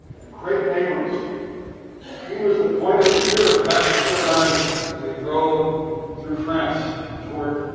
and, creighton abrams he was the point of the spear of patton's third army as they drove through france and toward,